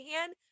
hand